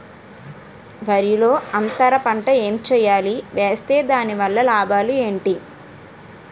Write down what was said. వరిలో అంతర పంట ఎం వేయాలి? వేస్తే దాని వల్ల లాభాలు ఏంటి?